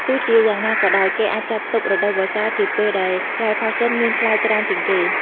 ទោះជាយ៉ាងណាក៏ដោយ គេអាចចាត់ទុក រដូវវស្សា ជាពេលដែលផ្លែផាសសិនមានផ្លែច្រើនជាងគេ។